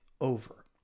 over